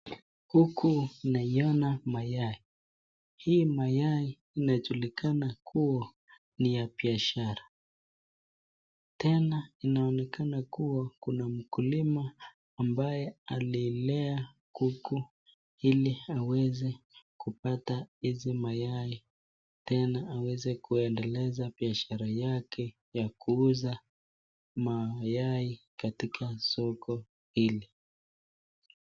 Huku naiona mayai hii mayai inajulikana kuwa ni ya biashara tena inaonekana kuwa kuna mkulima ambaye alilea kuku ili aweze kupata hizi mayai tena aweze kuendeleza biashara yake ya kuuza mayai katika soko hili.